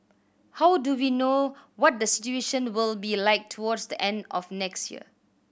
how do we know what the situation will be like towards the end of next year